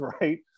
right